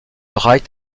wright